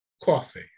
coffee